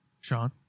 Sean